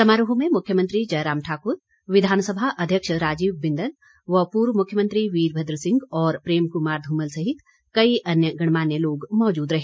समारोह में मुख्यमंत्री जयराम ठाक्र विधानसभा अध्यक्ष राजीव बिंदल व पूर्व मुख्यमंत्री वीरभद्र सिंह और प्रेम कुमार धूमल सहित कई अन्य गणमान्य लोग मौजूद रहे